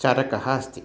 चरकः अस्ति